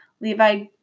Levi